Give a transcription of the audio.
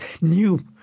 new